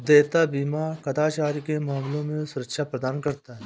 देयता बीमा कदाचार के मामले में सुरक्षा प्रदान करता है